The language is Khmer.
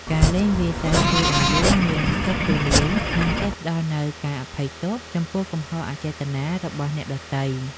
ការលេងវាយសីជួយឱ្យយើងមានចិត្តទូលាយ និងចេះផ្ដល់នូវការអភ័យទោសចំពោះកំហុសអចេតនារបស់អ្នកដទៃ។